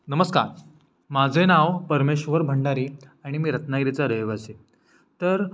नमस्कार माझे नाव परमेश्वर भंडारी आणि मी रत्नागिरीचा रहिवासी आहे तर